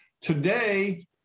today